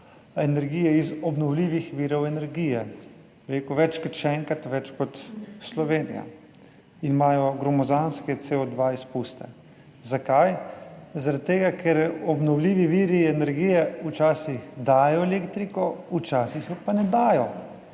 energije iz obnovljivih virov energije, več kot še enkrat več kot Slovenija, in imajo gromozanske izpuste CO2. Zakaj? Zaradi tega, ker obnovljivi viri energije včasih dajo elektriko, včasih je pa ne dajo.